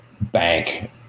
bank